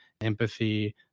empathy